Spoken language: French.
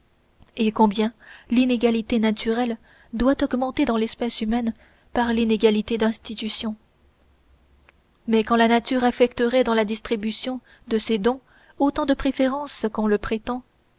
et combien l'inégalité naturelle doit augmenter dans l'espèce humaine par l'inégalité d'institution mais quand la nature affecterait dans la distribution de ses dons autant de préférences qu'on le prétend